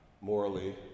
morally